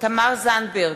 תמר זנדברג,